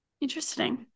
Interesting